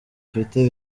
ufite